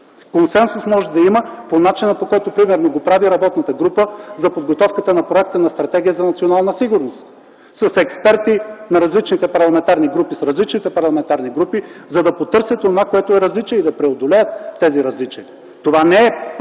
Консенсус може да има по начина, по който, примерно, го прави работната група за подготовката на проекта на Стратегия за национална сигурност – с експерти на различните парламентарни групи, с различните парламентарни групи, за да потърсят онова, което е различие, и да преодолеят тези различия. Това не е път